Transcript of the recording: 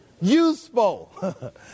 useful